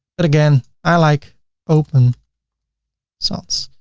but again i like open sans.